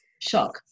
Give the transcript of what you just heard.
shock